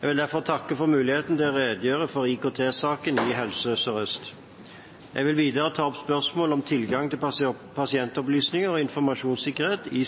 Jeg vil derfor takke for muligheten til å redegjøre for IKT-saken i Helse Sør-Øst. Jeg vil videre ta opp spørsmålet om tilgang til pasientopplysninger og informasjonssikkerhet i